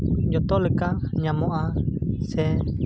ᱡᱚᱛᱚ ᱞᱮᱠᱟ ᱧᱟᱢᱚᱜᱼᱟ ᱥᱮ